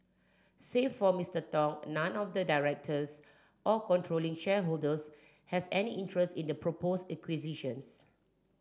save for Mister Tong none of the directors or controlling shareholders has any interest in the proposed acquisitions